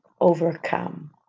overcome